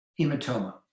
hematoma